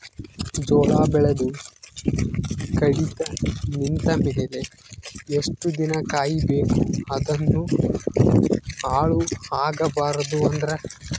ಜೋಳ ಬೆಳೆದು ಕಡಿತ ನಿಂತ ಮೇಲೆ ಎಷ್ಟು ದಿನ ಕಾಯಿ ಬೇಕು ಅದನ್ನು ಹಾಳು ಆಗಬಾರದು ಅಂದ್ರ?